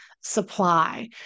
Supply